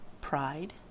Pride